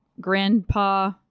Grandpa